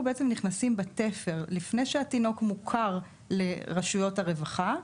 אנחנו בעצם נכנסים בדיוק בתפר- לפני שהתינוק מוכר לרשויות הרווחה.